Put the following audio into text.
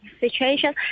situation